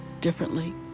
differently